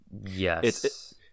yes